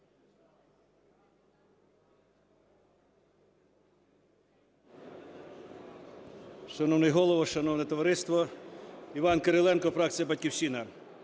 Шановний Голово, шановне товариство! Іван Кириленко, фракція "Батьківщина".